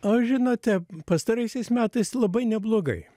o žinote pastaraisiais metais labai neblogai